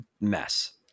mess